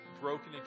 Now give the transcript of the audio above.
broken